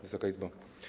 Wysoka Izbo!